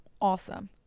awesome